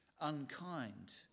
unkind